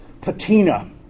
patina